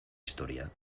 historia